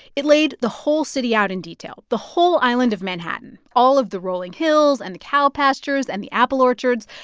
it laid the whole city out in detail, the whole island of manhattan all of the rolling hills and the cow pastures and the apple orchards,